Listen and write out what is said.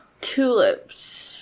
Tulips